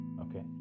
okay